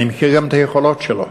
אני מכיר גם את היכולות שלו,